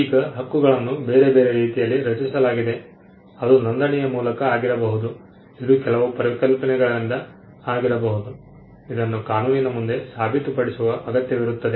ಈಗ ಹಕ್ಕುಗಳನ್ನು ಬೇರೆ ಬೇರೆ ರೀತಿಯಲ್ಲಿ ರಚಿಸಲಾಗಿದೆ ಅದು ನೋಂದಣಿಯ ಮೂಲಕ ಆಗಿರಬಹುದು ಇದು ಕೆಲವು ಪರಿಕಲ್ಪನೆಗಳಿಂದ ಆಗಿರಬಹುದು ಅದನ್ನು ಕಾನೂನಿನ ಮುಂದೆ ಸಾಬೀತುಪಡಿಸುವ ಅಗತ್ಯವಿರುತ್ತದೆ